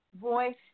voice